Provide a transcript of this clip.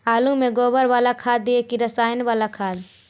आलु में गोबर बाला खाद दियै कि रसायन बाला खाद?